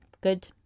Good